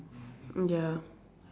ya